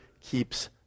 keeps